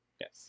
Yes